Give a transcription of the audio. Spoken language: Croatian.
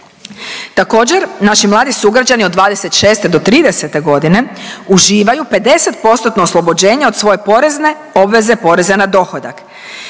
Također, naši mladi sugrađani od 26-30 godina uživaju 50%-tno oslobođenje od svoje porezne obveze poreza na dohodak